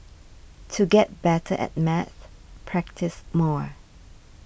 to get better at maths practise more